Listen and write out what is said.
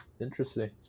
Interesting